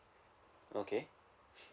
okay